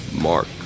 mark